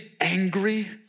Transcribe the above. angry